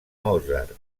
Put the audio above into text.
mozart